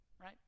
right